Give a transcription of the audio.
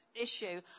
issue